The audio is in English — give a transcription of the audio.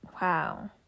wow